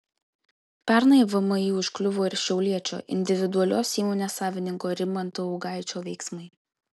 pernai vmi užkliuvo ir šiauliečio individualios įmonės savininko rimanto augaičio veiksmai